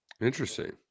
Interesting